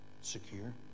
secure